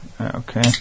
Okay